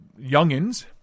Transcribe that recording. youngins